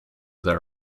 their